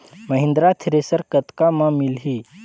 Mahindra thresher कतका म मिलही?